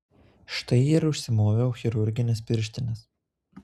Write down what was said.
štai ir užsimoviau chirurgines pirštines